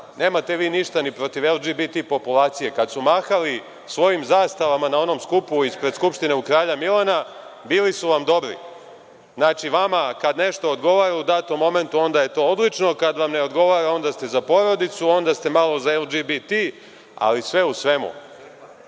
Nemate vi ništa ni protiv LGBT populacije. Kada su mahali svojim zastavama na ovom skupu ispred Skupštine u Kralja Milana bili su vam dobri. Znači, vama kada nešto odgovara u datom momentu onda je to odlično, a kada vam ne odgovara onda ste za porodicu, onda ste za LGBT.Sve u svemu,